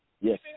Yes